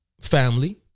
Family